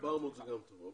גם 400 זה טוב.